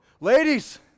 Ladies